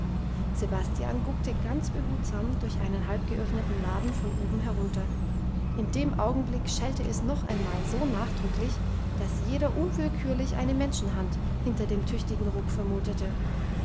sebastian guckte ganz behutsam durch einen halb geöffneten laden von oben herunter in dem augenblick schellte es noch einmal so nachdrücklich dass jeder unwillkürlich eine menschenhand hinter dem tüchtigen ruck vermutete